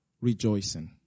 rejoicing